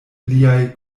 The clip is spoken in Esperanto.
liaj